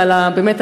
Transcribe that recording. באמת,